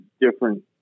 different